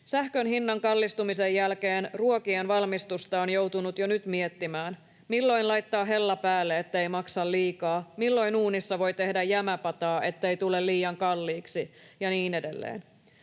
Sähkönhinnan kallistumisen jälkeen ruokien valmistusta on joutunut jo nyt miettimään: milloin laittaa hella päälle, ettei maksa liikaa, milloin uunissa voi tehdä jämäpataa, ettei tule liian kalliiksi, ja niin edelleen.